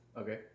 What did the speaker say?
Okay